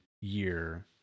year